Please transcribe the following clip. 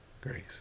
Grace